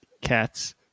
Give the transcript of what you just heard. cats